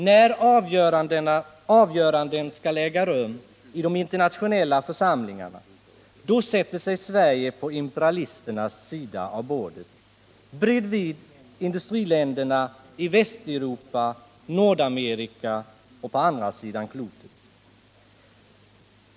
När avgöranden skall äga rum i de internationella församlingarna sätter sig Sverige på imperialisternas sida av bordet, bredvid industriländerna i Västeuropa, i Nordamerika och på andra sidan klotet.